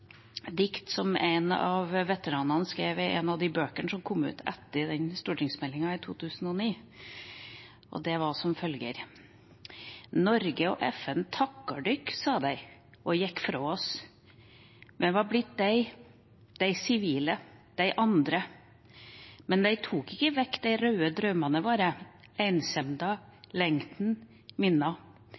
dikt som en av veteranene skrev i en av de bøkene som kom ut etter stortingsmeldinga i 2009. Det var som følger: «Noreg og FN takkar dykkar, sa dei, og gjekk fra oss, me var blitt dei, dei sivile, dei andre. Men dei tok ikkje vekk dei raude draumane våre, einsemda eller lengten, minna.